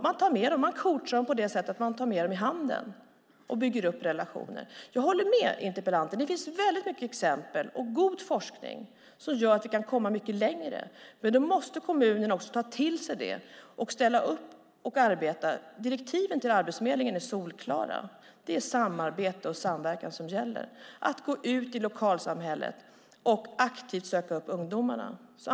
Man tar dem i handen, coachar dem på det sättet och bygger upp relationer. Jag håller med interpellanten om att det finns många exempel och god forskning som gör att vi kan komma mycket längre. Men då måste kommunerna ta till sig det, ställa upp och arbeta. Direktiven till Arbetsförmedlingen är solklara: Det är samarbete och samverkan som gäller, att gå ut i lokalsamhället och aktivt söka upp ungdomarna.